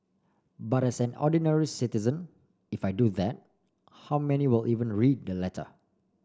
but as an ordinary citizen if I do that how many will even read the letter